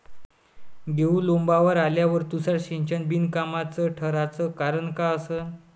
गहू लोम्बावर आल्यावर तुषार सिंचन बिनकामाचं ठराचं कारन का असन?